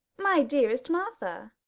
my dearest martha!